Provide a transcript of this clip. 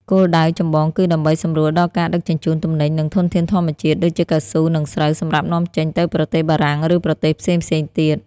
គោលដៅចម្បងគឺដើម្បីសម្រួលដល់ការដឹកជញ្ជូនទំនិញ និងធនធានធម្មជាតិ ដូចជាកៅស៊ូ និងស្រូវ សម្រាប់នាំចេញទៅប្រទេសបារាំង ឬប្រទេសផ្សេងៗទៀត។